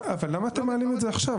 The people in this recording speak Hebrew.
למה אתם מעלים את זה עכשיו?